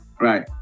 Right